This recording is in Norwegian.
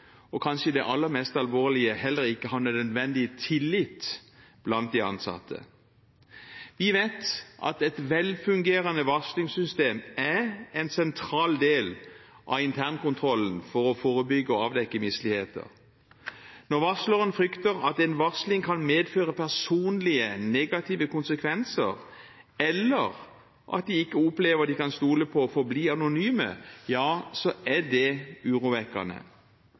– kanskje det aller mest alvorlige – heller ikke har den nødvendige tillit blant de ansatte. Vi vet at et velfungerende varslingssystem er en sentral del av internkontrollen for å forebygge og avdekke misligheter. Når varslerne frykter at en varsling kan medføre personlige negative konsekvenser, eller at de ikke opplever at de kan stole på å forbli anonyme, er det urovekkende.